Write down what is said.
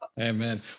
Amen